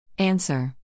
Answer